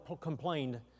complained